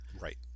Right